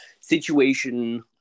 situation